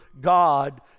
God